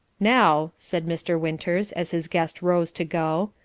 now, said mr. winters as his guest rose to go,